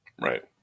right